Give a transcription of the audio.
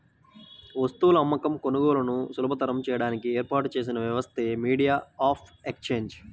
వస్తువుల అమ్మకం, కొనుగోలులను సులభతరం చేయడానికి ఏర్పాటు చేసిన వ్యవస్థే మీడియం ఆఫ్ ఎక్సేంజ్